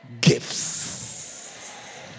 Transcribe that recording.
gifts